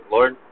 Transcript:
Lord